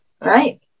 Right